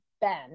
Ben